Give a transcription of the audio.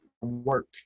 work